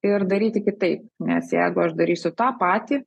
ir daryti kitaip nes jeigu aš darysiu tą patį